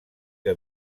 que